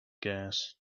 gas